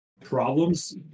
problems